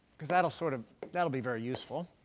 because that'll sort of that'll be very useful.